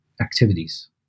activities